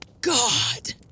God